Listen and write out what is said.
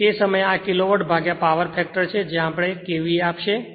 તેથી તે સમયે આ કિલોવોટ ભાગ્યા પાવાર ફેક્ટર છે તે આપણ ને KVA આપશે